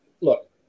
look